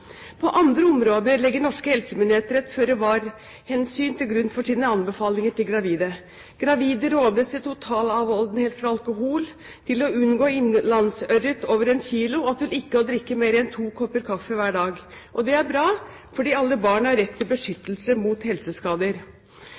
På andre områder legger norske helsemyndigheter et føre-var-hensyn til grunn for sine anbefalinger til gravide. Gravide rådes til totalavholdenhet fra alkohol, til å unngå innlandsørret over 1 kg og til ikke å drikke mer enn to kopper kaffe hver dag. Det er bra, for alle barn har rett til beskyttelse mot helseskader.